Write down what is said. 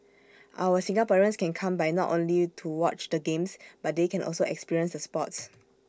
our Singaporeans can come by not only to watch the games but they can also experience the sports